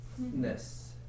Ness